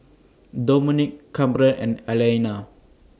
Dominick Kamren and Alayna